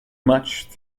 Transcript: much